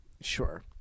Sure